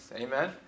Amen